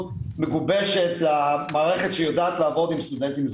עם הרבה מאוד סוגיות שקשורות לסוגים שונים של פליטים,